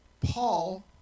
Paul